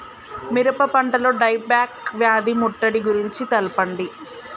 మిరప పంటలో dieback వ్యాధి ముట్టడి గురించి తెల్పండి?